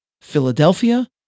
Philadelphia